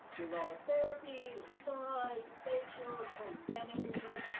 the aromatherapy, the massage, the facial, the whole zen energy,